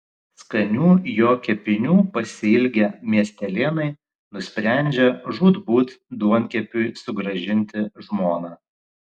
skanių jo kepinių pasiilgę miestelėnai nusprendžia žūtbūt duonkepiui sugrąžinti žmoną